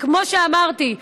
וכמו שאמרתי,